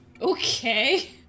Okay